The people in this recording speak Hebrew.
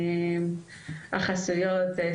החסויות,